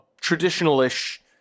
traditional-ish